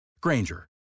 Granger